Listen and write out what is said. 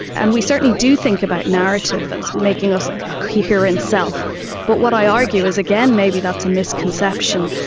and we certainly do think about narrative as making us like a coherent self but what i argue is, again, maybe that's a misconception,